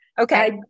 Okay